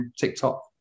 TikTok